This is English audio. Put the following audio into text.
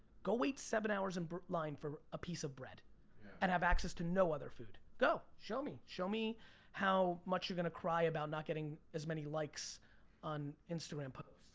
go wait seven hours in line for a piece of bread and have access to no other food. go, show me, show me how much you're gonna cry about not getting as many likes on instagram posts.